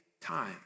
time